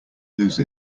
lose